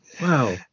wow